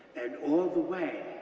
and all the way,